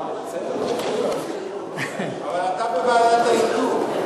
אה, בסדר, אבל אתה בוועדת האיתור.